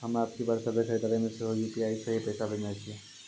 हम्मे अबकी बार सभ्भे खरीदारी मे सेहो यू.पी.आई से ही पैसा भेजने छियै